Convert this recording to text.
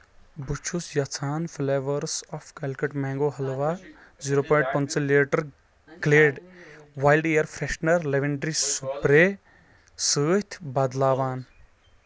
بہٕ چھس یژھان flavours of Calicut mango halwa zero point پٕنٛژٕہ litre Glade wild air freshener lavender spray سۭتۍ بدلاوان